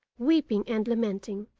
weeping and lamenting,